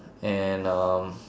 and um